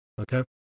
Okay